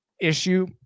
issue